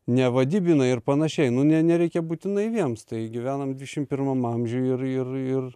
nevadybina ir panašiai nu ne nereikia būti naiviems tai gyvenam dvidešim pirmam amžiuj ir ir ir